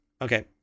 Okay